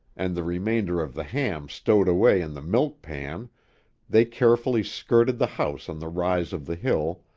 and the remainder of the ham stowed away in the milk-pan, they carefully skirted the house on the rise of the hill,